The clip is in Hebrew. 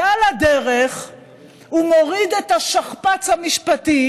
ועל הדרך הוא מוריד את השכפ"ץ המשפטי